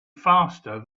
faster